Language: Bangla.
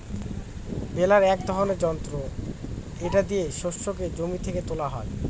বেলার এক ধরনের যন্ত্র এটা দিয়ে শস্যকে জমি থেকে তোলা হয়